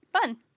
Fun